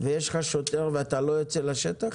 ויש לך שוטר ואתה לא יוצא לשטח?